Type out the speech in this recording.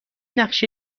نقشه